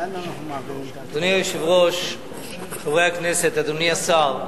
אדוני היושב-ראש, חברי הכנסת, אדוני השר,